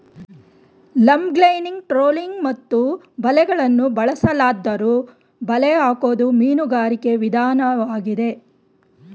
longlining trolling ಮತ್ತು ಬಲೆಗಳನ್ನು ಬಳಸಲಾದ್ದರೂ ಬಲೆ ಹಾಕೋದು ಮೀನುಗಾರಿಕೆ ವಿದನ್ವಾಗಿದೆ